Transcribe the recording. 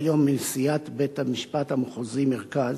שהיום היא נשיאת בית-המשפט המחוזי מרכז,